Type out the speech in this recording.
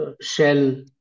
shell